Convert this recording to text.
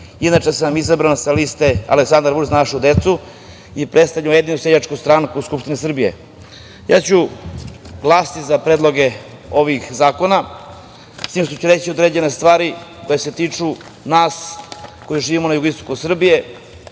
Inače sam izabran sa liste „Aleksandar Vučić – Za našu decu“ i predstavljam Ujedinjenu seljačku stanku u Skupštini Srbije. Glasaću za predloge ovih zakona, s tim što ću reći određene stvari koje se tiču nas koji živimo na jugoistoku Srbije.